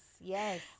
Yes